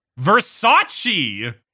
versace